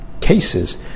cases